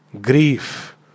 grief